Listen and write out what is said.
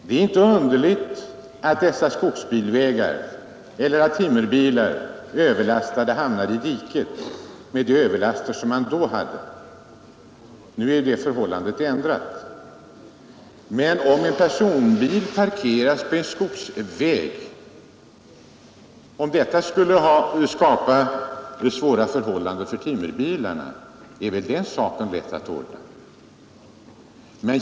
Det är inte så underligt att timmerbilar hamnade i diket med de överlaster man då hade. Nu har detta förhållande ändrats. Men om en på en skogsväg parkerad personbil skulle åstadkomma svåra förhållanden för timmerbilar, är den saken väl lätt att ordna.